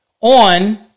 on